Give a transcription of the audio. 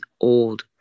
old